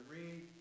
read